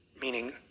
meaning